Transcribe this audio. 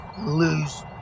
lose